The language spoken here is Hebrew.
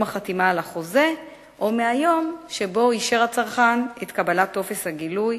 החתימה על החוזה או מהיום שבו אישר הצרכן את קבלת טופס הגילוי,